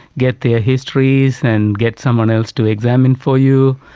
get their histories and get someone else to examine for you,